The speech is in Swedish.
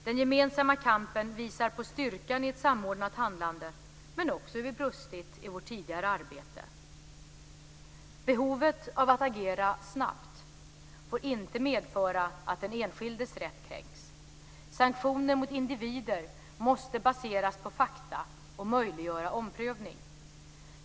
Den gemensamma kampen visar på styrkan i ett samordnat handlande, men också hur vi brustit i vårt tidigare arbete. Behovet av att agera snabbt får inte medföra att den enskildes rätt kränks. Sanktioner mot individer måste baseras på fakta och möjliggöra omprövning.